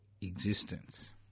existence